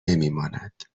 نمیماند